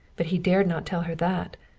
but he dared not tell her that.